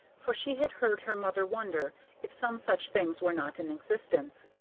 for she had heard her mother wonder if some such things were not in existence.